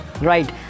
right